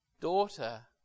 Daughter